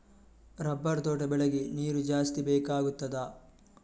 Rubber ತೋಟ ಬೆಳೆಗೆ ನೀರು ಜಾಸ್ತಿ ಬೇಕಾಗುತ್ತದಾ?